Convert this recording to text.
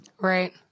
Right